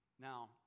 Now